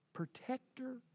protector